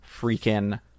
freaking